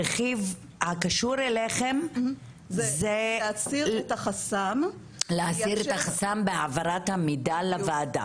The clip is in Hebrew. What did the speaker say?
הרכיב הקשור אליכם זה להסיר את החסם בהעברת המידע לוועדה.